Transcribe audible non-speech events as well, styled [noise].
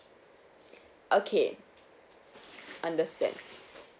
[breath] okay understand